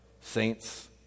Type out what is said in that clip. saints